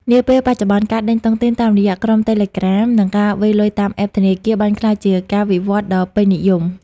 នាពេលបច្ចុប្បន្ន ការដេញតុងទីនតាមរយៈក្រុមតេឡេក្រាម (Telegram) និងការវេរលុយតាម App ធនាគារ បានក្លាយជាការវិវត្តថ្មីដ៏ពេញនិយម។